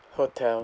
hotel